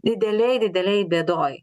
didelėj didelėj bėdoj